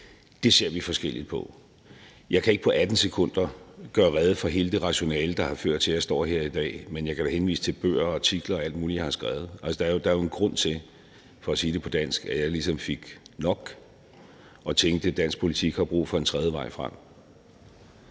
Det ser vi forskelligt på. Jeg kan ikke på 18 sekunder gøre rede for hele det rationale, der har ført til, at jeg står her i dag, men jeg kan da henvise til bøger og artikler og alt muligt, jeg har skrevet. Altså, der er jo en grund til, at jeg – for at sige det på dansk – ligesom fik nok og tænkte: Dansk politik har brug for en tredje vej frem.